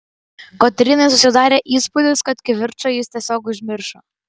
kotrynai susidarė įspūdis kad kivirčą jis tiesiog užmiršo